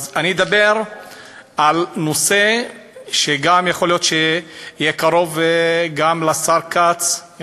אז אני אדבר על נושא שגם יוכל להיות קרוב לשר כץ.